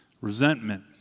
Resentment